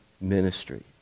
ministry